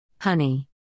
Honey